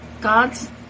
God's